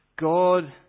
God